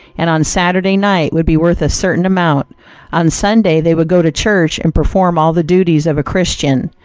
and on saturday night would be worth a certain amount on sunday they would go to church and perform all the duties of a christian.